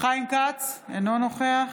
חיים כץ, אינו נוכח